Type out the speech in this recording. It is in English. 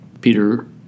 Peter